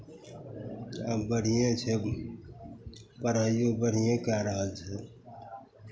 आब बढ़िएँ छै पढ़ाइओ बढ़िए कए रहल छै